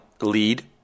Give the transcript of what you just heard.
lead